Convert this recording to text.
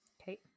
okay